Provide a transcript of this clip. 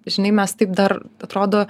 žinai mes taip dar atrodo